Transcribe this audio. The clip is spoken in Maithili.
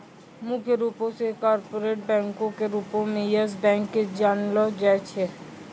मुख्य रूपो से कार्पोरेट बैंको के रूपो मे यस बैंक के जानलो जाय छै